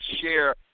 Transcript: share